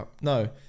no